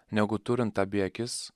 negu turint abi akis